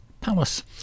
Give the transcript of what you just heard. Palace